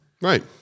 Right